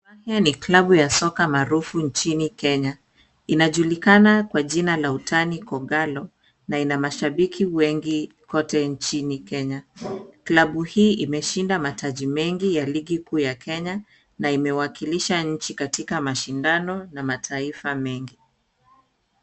Hii ni klabu ya soka maarufu nchini Kenya ianjulikana kwa jina la utani kogala na ina mashabiki wengi kote nchini Kenya. Klabu hii imeshinda mataji mengi ya ligi kuu ya Kenya na imewakilisha nchi katika mashindano na mataifa mengi.